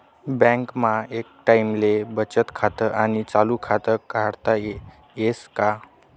बँकमा एक टाईमले बचत खातं आणि चालू खातं काढता येस का?